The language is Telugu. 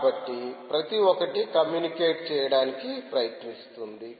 కాబట్టి ప్రతి ఒక్కటీ కమ్యూనికేట్ చేయడానికి ప్రయత్నిస్తుంది